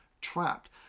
trapped